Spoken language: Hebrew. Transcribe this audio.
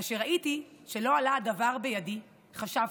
כאשר ראיתי שלא עלה הדבר בידי, חשבתי,